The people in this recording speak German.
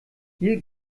hier